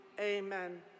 Amen